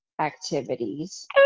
activities